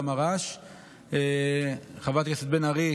למר"ש חברת הכנסת בן ארי,